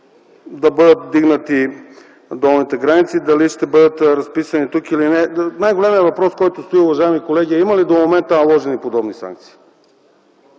да бъдат вдигнати долните граници. Дали ще бъдат разписани тук или не?! Най-големият въпрос, който стои, уважаеми колеги, е: има ли до момента наложени подобни санкции?